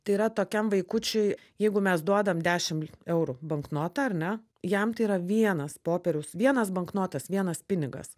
tai yra tokiam vaikučiui jeigu mes duodam dešimt eurų banknotą ar ne jam tai yra vienas popierius vienas banknotas vienas pinigas